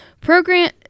program